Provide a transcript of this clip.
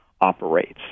Operates